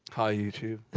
hi, youtube.